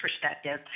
perspective